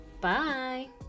bye